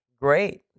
Great